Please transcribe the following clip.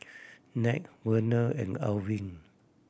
Nat Vernell and Arvin